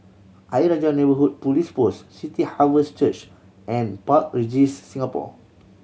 Ayer Rajah Neighbourhood Police Post City Harvest Church and Park Regis Singapore